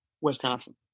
Wisconsin